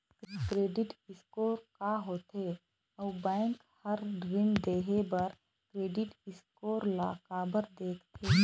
Credit score का होथे अउ बैंक हर ऋण देहे बार क्रेडिट स्कोर ला काबर देखते?